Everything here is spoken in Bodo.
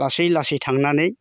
लासै लासै थांनानै